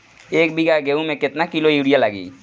एक बीगहा गेहूं में केतना किलो युरिया लागी?